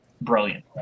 brilliant